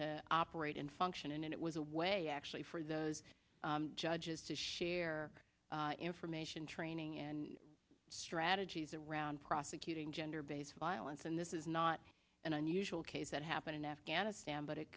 to operate in function and it was a way actually for those judges to share information training and strategies around prosecuting gender based violence and this is not an unusual case that happened in afghanistan but it